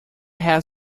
have